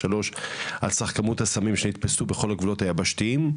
על סך כמות הסמים שנתפסו בכל הגבולות היבשתיים,